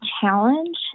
challenge